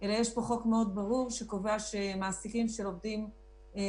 אלא יש פה חוק מאוד ברור שקובע שמעסיקים של עובדים זרים,